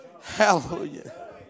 Hallelujah